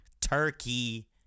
turkey